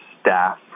staff